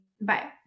bye